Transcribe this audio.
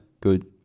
good